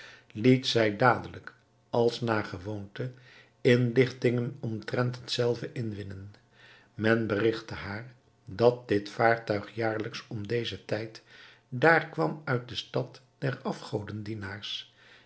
liet zij dadelijk als naar gewoonte inlichtingen omtrent hetzelve inwinnen men berigtte haar dat dit vaartuig jaarlijks om dezen tijd daar kwam uit de stad